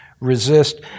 resist